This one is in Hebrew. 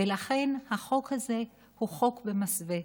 ולכן החוק הזה הוא חוק במסווה.